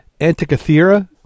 Antikythera